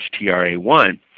HTRA1